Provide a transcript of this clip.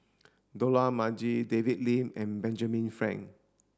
Dollah Majid David Lim and Benjamin Frank